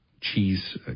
cheese